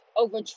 over